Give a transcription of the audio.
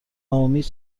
نومید